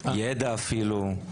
ידע אפילו,